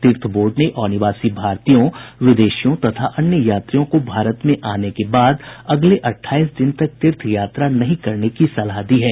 तीर्थ बोर्ड ने अनिवासी भारतीयों विदेशियों तथा अन्य यात्रियों को भारत में आने के बाद अगले अठाईस दिन तक तीर्थ यात्रा नहीं करने की सलाह दी है